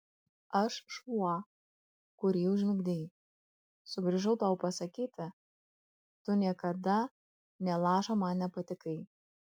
aš šuo kurį užmigdei sugrįžau tau pasakyti tu niekada nė lašo man nepatikai